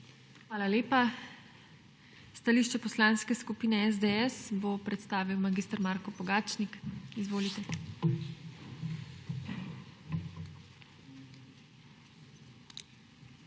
Hvala lepa. Stališče Poslanske skupine SDS bo predstavil mag. Marko Pogačnik. Izvolite.